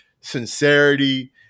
sincerity